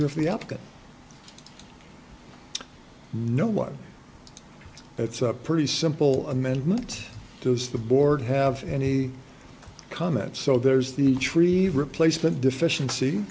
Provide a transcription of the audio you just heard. opposite no one it's a pretty simple amendment does the board have any comment so there's the tree replacement deficiency